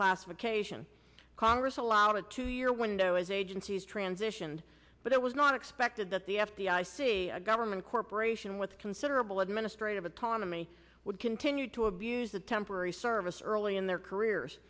classification congress allowed a two year window as agencies transitioned but it was not expected that the f b i see a government corporation with considerable administrative autonomy would continue to abuse the temporary service early in their careers